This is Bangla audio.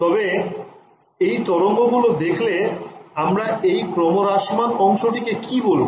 তবে এই তরঙ্গগুলো দেখলে আমরা এই ক্রমহ্রাসমান অংশটি কে কি বলবো